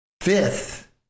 fifth